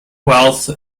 wealth